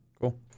Cool